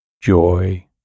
joy